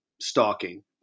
Stalking